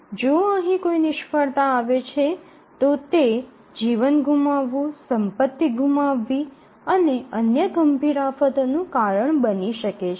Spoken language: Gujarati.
જો અહીં કોઈ નિષ્ફળતા આવે છે તો તે જીવન ગુમાવવું સંપત્તિ ગુમાવવી અને અન્ય ગંભીર આફતોનું કારણ બની શકે છે